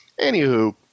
Anywho